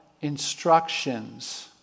instructions